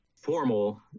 formal